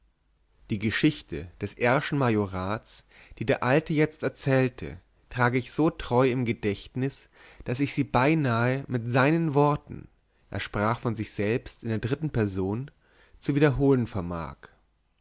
die ceschichte des r schen majorats die der alte jetzt erzählte trage ich so treu im gedächtnis daß ich sie beinahe mit seinen worten er sprach von sich selbst in der dritten person zu wiederholen vermag